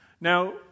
Now